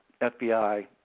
FBI